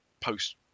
post